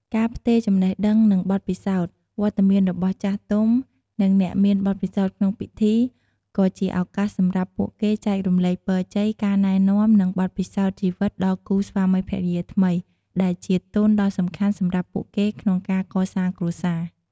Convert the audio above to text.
ការផ្ទេរចំណេះដឹង និងបទពិសោធន៍ វត្តមានរបស់ចាស់ទុំ និងអ្នកមានបទពិសោធន៍ក្នុងពិធី ក៏ជាឱកាសសម្រាប់ពួកគេចែករំលែកពរជ័យ ការណែនាំ និងបទពិសោធន៍ជីវិតដល់គូស្វាមីភរិយាថ្មី ដែលជាទុនដ៏សំខាន់សម្រាប់ពួកគេក្នុងការកសាងគ្រួសារ។